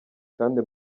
kandi